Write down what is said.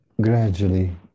gradually